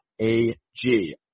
A-G